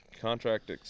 contract